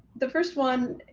the first one